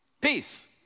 Peace